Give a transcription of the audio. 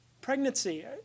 pregnancy